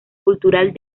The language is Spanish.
cultural